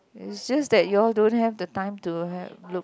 it just that you all don't have the time to have look